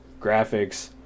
graphics